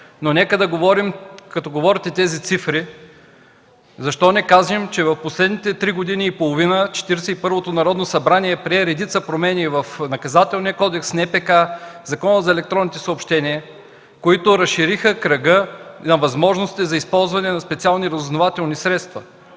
но нека като говорите тези цифри, защо не кажем, че през последните три години и половина Четиридесет и първото Народно събрание прие редица промени в Наказателния кодекс, НПК, Закона за електронните съобщения, които разшириха кръга на възможностите за използване на специални разузнавателни средства.